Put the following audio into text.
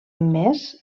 més